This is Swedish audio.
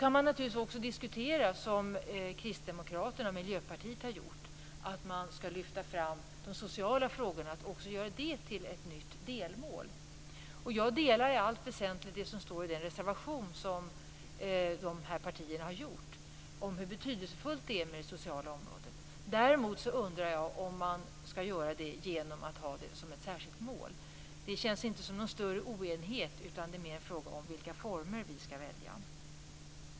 Man kan då naturligtvis också diskutera att, som Kristdemokraterna och Miljöpartiet har gjort, lyfta fram också de sociala frågorna och göra dem till ett nytt delmål. Jag delar i allt väsentligt det som står i den reservation som de här partierna har avgivit om hur betydelsefullt det sociala området är. Däremot undrar jag om man skall befrämja det genom att ha det som ett särskilt mål. Det känns inte som någon större oenighet, utan det är mer fråga om vilka former vi skall välja.